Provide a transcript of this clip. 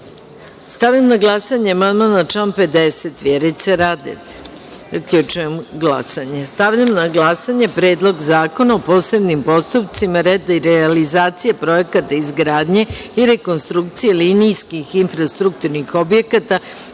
usvojila Predlog zakona o posebnim postupcima radi realizacije projekta izgradnje i rekonstrukcije linijskih infrastrukturnih objekata